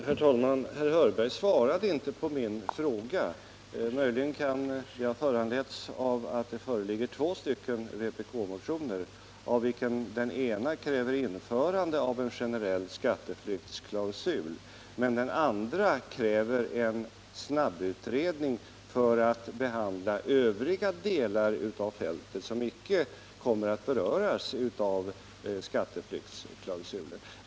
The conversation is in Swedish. Herr talman! Herr Hörberg svarade inte på min fråga. Möjligen kan det ha föranletts av att det föreligger två vpk-motioner, av vilka den ena kräver införande av en generell skatteflyktsklausul, medan den andra kräver en snabbutredning för att behandla övriga delar av fältet som icke kommer att beröras i skatteflyktsklausulen.